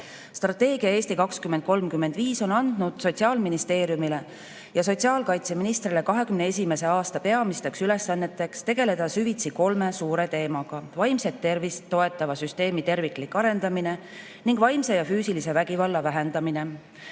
tule. Strateegia "Eesti 2035" on andnud Sotsiaalministeeriumile ja sotsiaalkaitseministrile 2021. aasta peamisteks ülesanneteks tegeleda süvitsi kolme suure teemaga: vaimset tervist toetava süsteemi terviklik arendamine ning vaimse ja füüsilise vägivalla vähendamine,